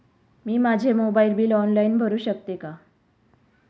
मी माझे mobile bill online भरू शकते का?